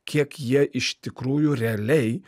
kiek jie iš tikrųjų realiai